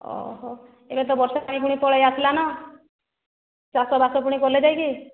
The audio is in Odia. ଓହୋ ଏବେ ତ ବର୍ଷା ପାଗ ପଳେଇ ଆସିଲାନ ଚାଷ ବାସ ପୁଣି କଲେ ଯାଇକି